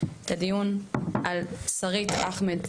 על שרית אחמד,